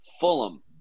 Fulham